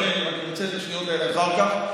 אדוני, אני רוצה את השניות האלה אחר כך.